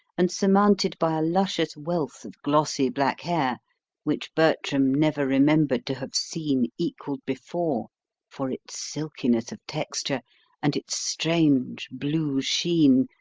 and surmounted by a luscious wealth of glossy black hair which bertram never remembered to have seen equalled before for its silkiness of texture and its strange blue sheen,